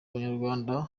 abanyarwanda